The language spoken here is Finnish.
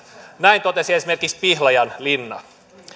näin totesi esimerkiksi pihlajalinna